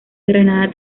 granada